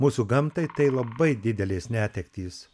mūsų gamtai tai labai didelės netektys